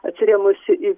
atsirėmusi į